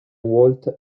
walt